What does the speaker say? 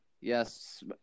yes